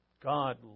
God